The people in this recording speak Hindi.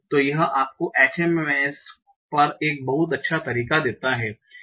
तो यह आपको HMMs पर एक बहुत अच्छा तरीका देता है